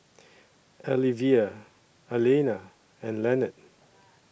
Alyvia Alayna and Lenard